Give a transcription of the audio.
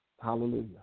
Hallelujah